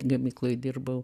gamykloj dirbau